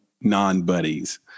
non-buddies